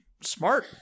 smart